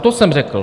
To jsem řekl.